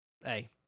Hey